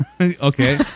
Okay